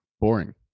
boring